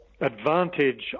advantage